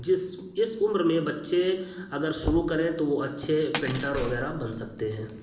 جس اس عمر میں بچے اگر شروع کریں تو وہ اچھے پینٹر وغیرہ بن سکتے ہیں